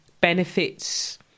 benefits